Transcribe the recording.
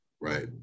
Right